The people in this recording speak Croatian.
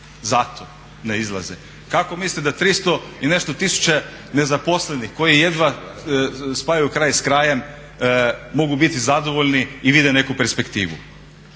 Zato ne izlaze. Kako mislite da 300 i nešto tisuća nezaposlenih koji jedna spajaju kraj sa krajem mogu biti zadovoljni i vide neku perspektivu.